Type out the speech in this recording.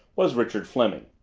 was richard fleming,